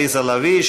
עליזה לביא,